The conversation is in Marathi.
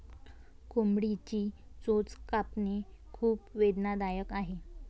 कोंबडीची चोच कापणे खूप वेदनादायक आहे